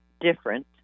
different